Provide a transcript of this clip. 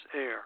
Air